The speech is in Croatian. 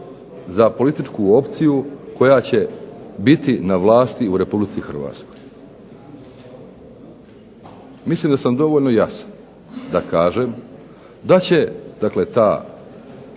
za političku opciju koja će biti na vlasti u Republici Hrvatskoj. Mislim da sam dovoljno jasan da kažem da će dakle